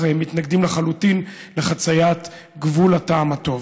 אך מתנגדים לחלוטין לחציית גבול הטעם הטוב.